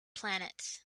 planet